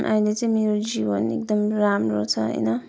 अहिले चाहिँ मेरो जीवन एकदम राम्रो छ होइन